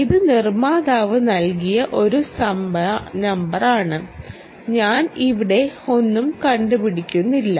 ഇത് നിർമ്മാതാവ് നൽകിയ ഒരു നമ്പറാണ് ഞാൻ ഇവിടെ ഒന്നും കണ്ടുപിടിക്കുന്നില്ല